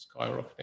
skyrocketing